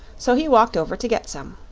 so he walked over to get some.